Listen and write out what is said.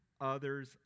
others